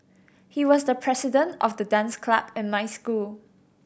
he was the president of the dance club in my school